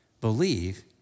believe